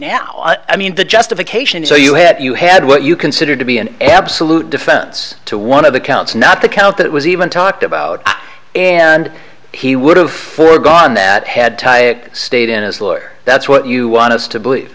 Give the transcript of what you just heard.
now i mean the justification so you had you had what you considered to be an absolute defense to one of the counts not the count that was even talked about and he would have foregone that had stayed in his lawyer that's what you want us to believe